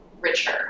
richer